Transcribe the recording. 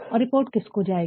और रिपोर्ट किसको जाएगी